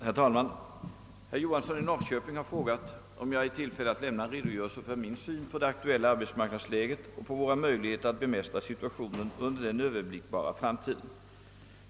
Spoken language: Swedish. Herr talman! Herr Johansson i Norrköping har frågat om jag är i tillfälle att lämna en redogörelse för min syn på det aktuella arbetsmarknadsläget och på våra möjligheter att bemästra situationen under den överblickbara framtiden.